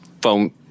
phone